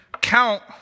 count